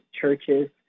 churches